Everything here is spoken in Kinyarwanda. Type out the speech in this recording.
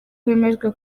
hemejwe